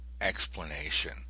explanation